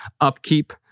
upkeep